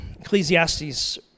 Ecclesiastes